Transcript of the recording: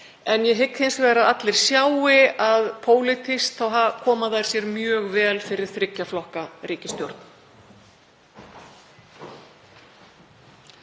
en ég hygg hins vegar að allir sjái að pólitískt koma þær sér mjög vel fyrir þriggja flokka ríkisstjórn.